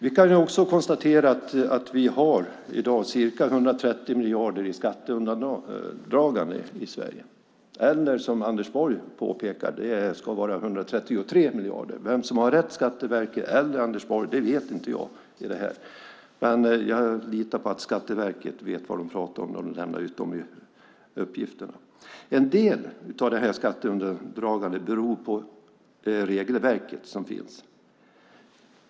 Vi har i dag ca 130 miljarder i skatteundandragande i Sverige, eller som Anders Borg påpekade ska det vara 133 miljarder. Vem som har rätt, Skatteverket eller Anders Borg, vet inte jag. Men jag litar på att de på Skatteverket vet vad de pratar om när de lämnar ut de uppgifterna. En del av skatteundandragandet beror på det regelverk som finns.